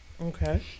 Okay